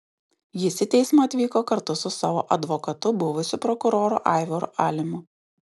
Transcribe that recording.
jis į teismą atvyko kartu su savo advokatu buvusiu prokuroru aivaru alimu